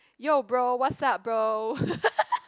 yo bro what's up bro